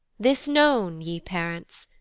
this known, ye parents,